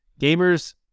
gamers